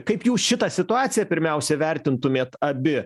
kaip jūs šitą situaciją pirmiausia įvertintumėt abi